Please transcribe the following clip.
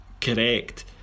correct